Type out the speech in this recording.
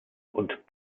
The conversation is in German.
und